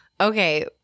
Okay